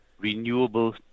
renewable